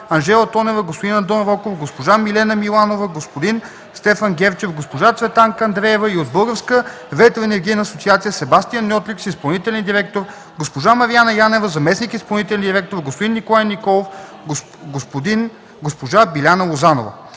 Андон Вълков, госпожа Милена Миланова, господин Стефан Герчев, госпожа Цветанка Андреева и от Българска ветроенергийна асоциация Себастиан Ньотликс – изпълнителен директор, госпожа Марияна Янева – заместник-изпълнителен директор, господин Николай Николов, госпожа Биляна Лозанова.